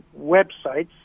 websites